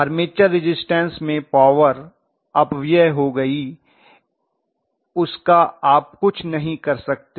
armature resistance में power अपव्यय हो गई उसका आप कुछ नहीं कर सकते